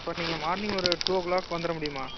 அப்போ நீங்கள் மார்னிங் ஒரு டூ ஓ கிளாக் வந்துவிட முடியுமா